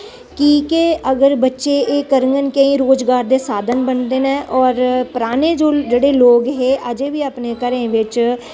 कि के अगर बच्चे एह् करङन कि रोजगार दे साधन बनदे न ते होर पराने जेह्डे़ लोग हे अजें बी अपने घरें बिच